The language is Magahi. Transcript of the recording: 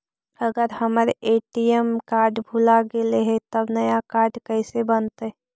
अगर हमर ए.टी.एम कार्ड भुला गैलै हे तब नया काड कइसे बनतै?